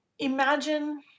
Imagine